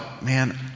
man